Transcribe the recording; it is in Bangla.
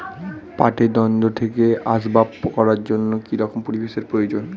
পাটের দণ্ড থেকে আসবাব করার জন্য কি রকম পরিবেশ এর প্রয়োজন?